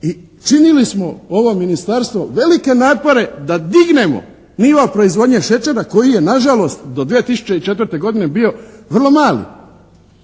i činili smo ovo ministarstvo velike napore da dignemo nivo proizvodnje šećera koji je nažalost do 2004. godine bio vrlo mali.